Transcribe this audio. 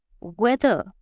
weather